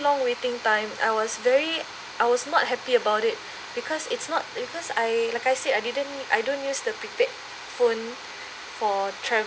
long waiting time I was very I was not happy about it because it's not because I like I said I didn't I don't use the prepaid phone for